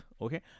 okay